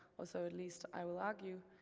or so at least i will argue,